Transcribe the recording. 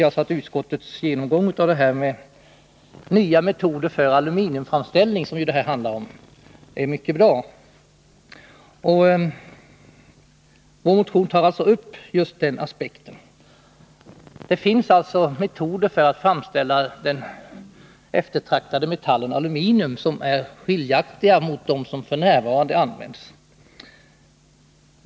Utskottets genomgång av nya metoder för aluminiumframställning, som motionen handlar om, är alltså mycket bra. Vi tar i vår motion upp just den aspekten. Det finns alltså metoder för att framställa den eftertraktade metallen aluminium som är skiljaktiga dem som f. n. används.